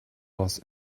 aus